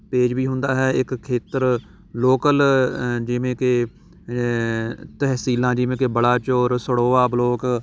page ਵੀ ਹੁੰਦਾ ਹੈ ਇੱਕ ਖੇਤਰ ਲੋਕਲ ਜਿਵੇਂ ਕਿ ਤਹਿਸੀਲਾਂ ਜਿਵੇਂ ਕਿ ਬਲਾਚੋਰ ਸੜੋਆ ਬਲੋਕ